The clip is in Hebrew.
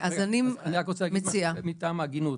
אני רוצה לומר מטעם ההגינות,